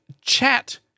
chat